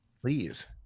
Please